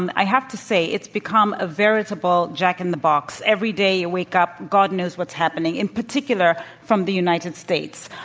and i have to say it's become a veritable jack-in-the-box. every day, you wake up, god knows what's happening, in particular from the united states.